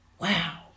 wow